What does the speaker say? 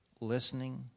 Listening